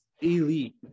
elite